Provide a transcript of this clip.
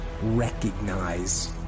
Recognize